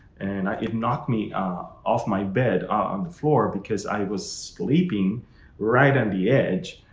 and it knock me of my bed on the floor because i was sleeping right on the edge,